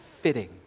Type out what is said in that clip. fitting